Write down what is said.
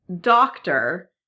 doctor